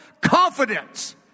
confidence